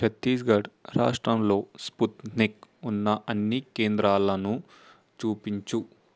ఛత్తీస్గఢ్ రాష్టంలో స్పుత్నిక్ ఉన్న అన్ని కేంద్రాలను చూపించు